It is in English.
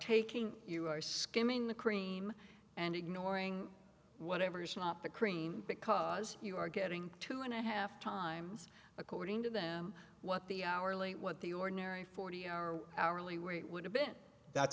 taking you are skimming the cream and ignoring whatever's not the cream because you are getting two and a half times according to them what the hourly what the ordinary forty hour hourly rate would have been that's